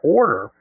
order